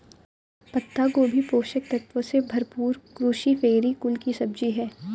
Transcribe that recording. पत्ता गोभी पोषक तत्वों से भरपूर क्रूसीफेरी कुल की सब्जी है